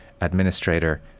administrator